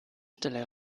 stelle